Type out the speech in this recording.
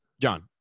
john